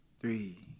three